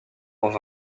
dans